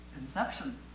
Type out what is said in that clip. inception